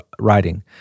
writing